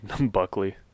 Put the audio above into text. Buckley